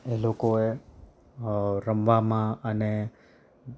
એ લોકોએ રમવામાં અને